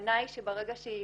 הכוונה היא שברגע שהיא